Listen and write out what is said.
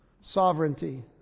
Sovereignty